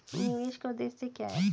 निवेश का उद्देश्य क्या है?